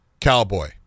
Cowboy